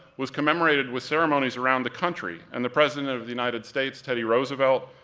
was commemorated with ceremonies around the country, and the president of the united states, teddy roosevelt,